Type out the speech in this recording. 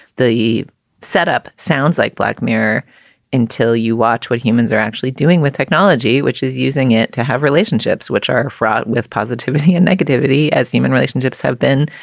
the setup sounds like black mirror until you watch what humans are actually doing with technology, which is using it to have relationships which are fraught with positivity and negativity as human relationships have been,